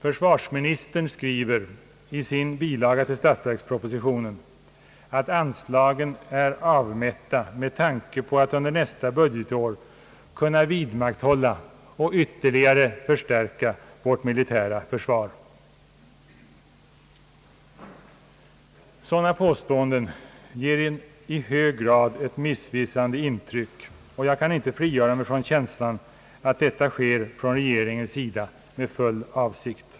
Försvarsministern skriver i sin bilaga till statsverkspropositionen att anslagen är avmätta med tanke på att under nästa budgetår kunna vidmakthålla och ytterligare förstärka vårt militära försvar. Sådana påståenden ger i hög grad ett missvisande intryck, och jag kan inte frigöra mig från känslan att detta sker med full avsikt från regeringens sida.